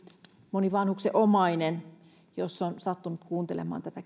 moni vanhuksen omainen jos on sattunut kuuntelemaan